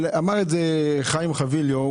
אמר את זה חיים חביליו.